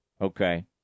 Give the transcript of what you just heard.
Okay